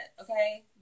Okay